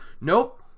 Nope